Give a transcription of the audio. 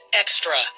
extra